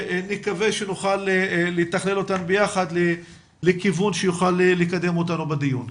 ונקווה שנוכל לתכלל אותם ביחד לכיוון שיוכל לקדם אותנו בדיון.